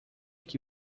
que